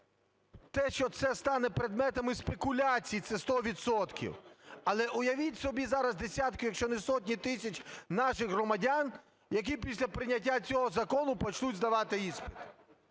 те, що це стане предметом і спекуляцій, це 100 відсотків. Але уявіть собі, зараз десятки, якщо не сотні тисяч наших громадян, які після прийняття цього закону почнуть здавати іспити.